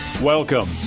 Welcome